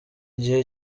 igihe